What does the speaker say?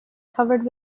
covered